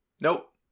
Nope